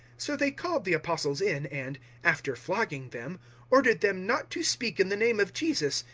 so they called the apostles in, and after flogging them ordered them not to speak in the name of jesus,